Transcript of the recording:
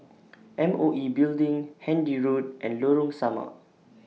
M O E Building Handy Road and Lorong Samak